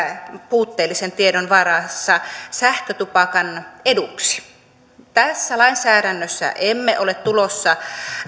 puutteellisen tiedon varassa sähkötupakan eduksi tässä lainsäädännössä emme ole tulossa